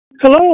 Hello